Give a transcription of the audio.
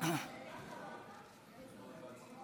אני רוצה לברך את ידידי, חברי לסיעת יהדות